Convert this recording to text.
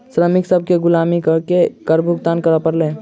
श्रमिक सभ केँ गुलामी कअ के कर भुगतान करअ पड़ल